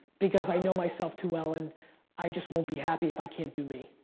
because i know myself too well and i just won't be happy if i can't do me.